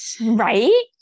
Right